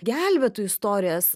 gelbėtojų istorijas